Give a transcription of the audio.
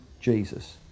Jesus